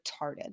retarded